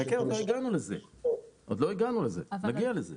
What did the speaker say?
חכה, עוד לא הגענו לזה, נגיע לזה.